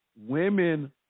women